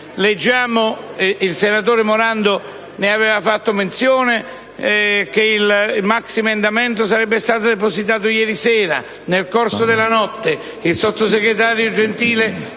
leggiamo - il senatore Morando ne aveva fatto menzione - che il maxiemendamento sarebbe stato depositato ieri sera o nel corso della notte, mentre il sottosegretario Gentile